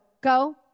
go